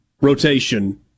rotation